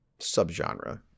subgenre